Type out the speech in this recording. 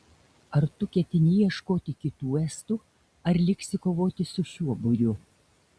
ar tu ketini ieškoti kitų estų ar liksi kovoti su šiuo būriu